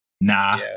Nah